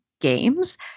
games